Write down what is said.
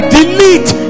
delete